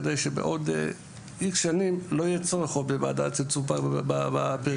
כדי שבעוד X שנים לא יהיה צורך עוד בוועדת לצמצום פערים בפריפריה,